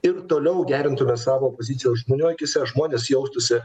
ir toliau gerintume savo poziciją žmonių akyse žmonės jaustųsi